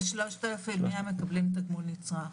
כ-3,100 מקבלים תגמול נצרך.